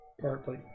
partly